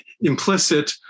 implicit